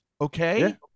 okay